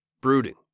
brooding